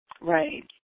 Right